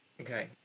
Okay